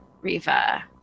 riva